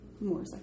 more